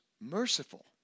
merciful